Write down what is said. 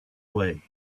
way